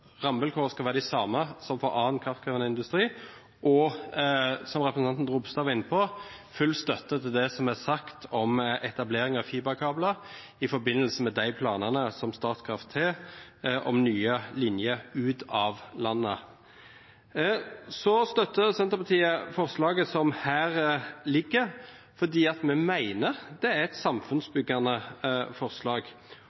rammevilkårene skal være de samme som for annen kraftkrevende industri. Og til det som representanten Ropstad var inne på, full støtte til det som er sagt om etablering av fiberkabler i forbindelse med de planene som Statkraft har om nye linjer ut av landet. Senterpartiet støtter forslaget som ligger her, fordi vi mener det er